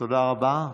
תודה רבה.